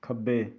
ਖੱਬੇ